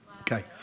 Okay